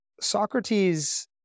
Socrates